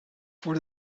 for